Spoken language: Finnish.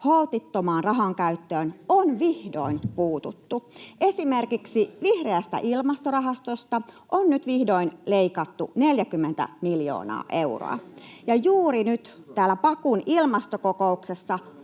perussuomalaiset hallituksessa?] Esimerkiksi vihreästä ilmastorahastosta on nyt vihdoin leikattu 40 miljoonaa euroa. Juuri nyt täällä Bakun ilmastokokouksessa